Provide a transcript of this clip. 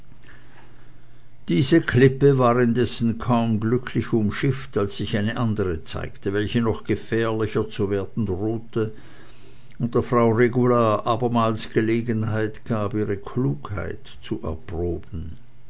diese klippe war unterdessen kaum glücklich umschifft als sich eine andere zeigte welche noch gefährlicher zu werden drohte und der frau regula abermals gelegenheit gab ihre klugheit zu erproben